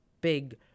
big